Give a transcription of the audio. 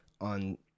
on